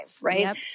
Right